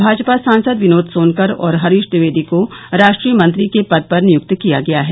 भाजपा सांसद विनोद सोनकर और हरीश द्विवेदी को राष्ट्रीय मंत्री के पद पर नियुक्त किया गया है